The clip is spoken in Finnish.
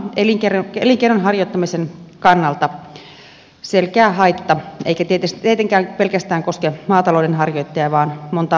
tämä on elinkeinon harjoittamisen kannalta selkeä haitta eikä tietenkään pelkästään koske maatalouden harjoittajia vaan montaa muutakin